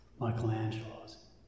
Michelangelo's